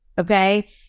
okay